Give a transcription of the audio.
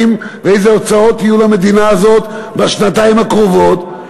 ואיזה הוצאות יהיו למדינה הזאת בשנתיים הקרובות,